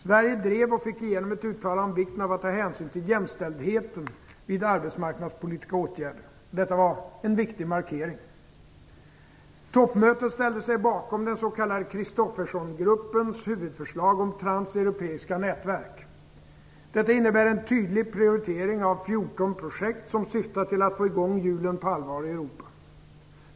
Sverige drev och fick igenom ett uttalande om vikten av att ta hänsyn till jämställdheten vid arbetsmarknadspolitiska åtgärder. Detta var en viktig markering. Christophersengruppens huvudförslag om transeuropeiska nätverk. Detta innebär en tydlig prioritering av 14 projekt som syftar till att få i gång hjulen på allvar i Europa.